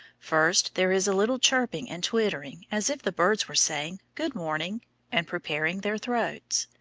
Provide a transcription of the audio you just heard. first there is a little chirping and twittering, as if the birds were saying good-morning and preparing their throats.